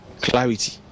clarity